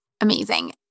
Amazing